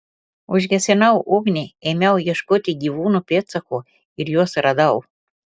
užgesinau ugnį ėmiau ieškoti gyvūno pėdsakų ir juos radau